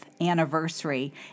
anniversary